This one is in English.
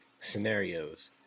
scenarios